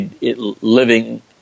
living